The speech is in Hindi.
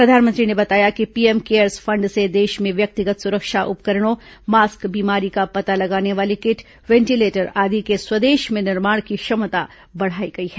प्रधानमंत्री ने बताया कि पीएम केयर्स फंड से देश में व्यक्तिगत सुरक्षा उपकरणों मास्क बीमारी का पता लगाने वाली किट वेंटिलेटर आदि के स्वदेश में निर्माण की क्षमता बढ़ाई गयी है